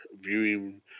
viewing